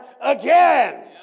again